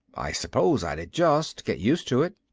i suppose i'd adjust, get used to it.